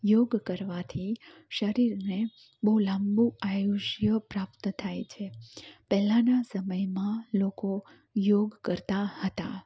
યોગ કરવાથી શરીરને બઉ લાંબુ આયુષ્ય પ્રાપ્ત થાય છે પહેલાના સમયમાં લોકો યોગ કરતાં હતા